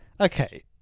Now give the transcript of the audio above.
Okay